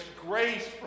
grace